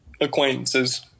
acquaintances